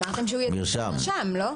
אמרתם שהוא יציג את המרשם, לא?